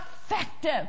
effective